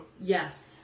yes